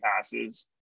passes